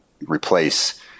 replace